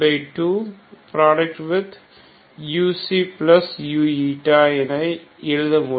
22uu எழுத முடியும்